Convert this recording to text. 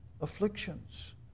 Afflictions